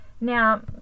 Now